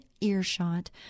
earshot